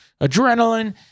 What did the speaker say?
adrenaline